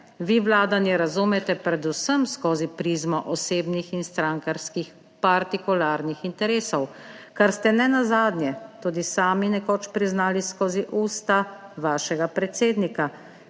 Vi vladanje razumete predvsem skozi prizmo osebnih in strankarskih partikularnih interesov, kar ste nenazadnje tudi sami nekoč priznali skozi usta vašega predsednika,